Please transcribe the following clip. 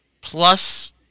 plus